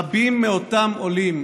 רבים מאותם עולים,